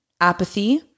apathy